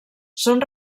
són